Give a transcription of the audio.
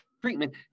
treatment